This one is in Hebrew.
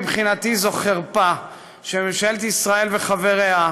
מבחינתי זאת חרפה שממשלת ישראל וחבריה,